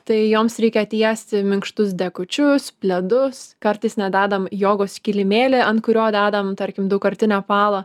tai joms reikia tiesti minkštus dekučius pledus kartais net dedam jogos kilimėlį ant kurio dedam tarkim daugkartinę palą